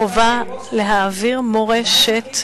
חובה להעביר מורשת,